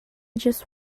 just